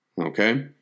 Okay